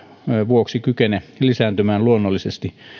vuoksi kykene lisääntymään luonnollisesti